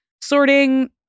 sorting